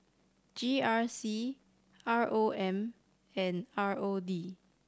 G R C R O M and R O D